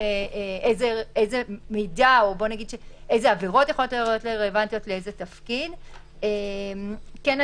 אילו עברות יכולות להיות רלוונטיות לאיזה תפקיד וכדומה.